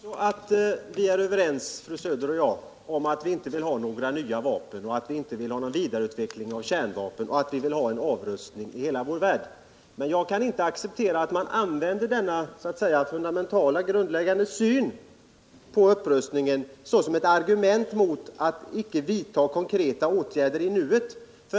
Herr talman! Jag tror också att vi är överens om, fru Söder och jag, att vi inte vill ha några nya vapen, att vi inte vill ha någon vidareutveckling av kärnvapen och att vi vill ha en avrustning i hela vår värld. Men jag kan inte acceptera att man använder denna så att säga fundamentala grundläggande syn på upprustningen såsom ett argument för att icke vidta några konkreta åtgärder i nuet.